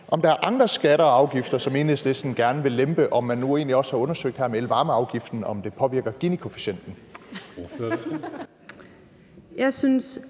om der er andre skatter og afgifter, som Enhedslisten gerne vil lempe, og om man nu egentlig også har undersøgt, om elvarmeafgiften påvirker Ginikoefficienten.